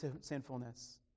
sinfulness